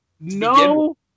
no